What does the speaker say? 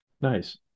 Nice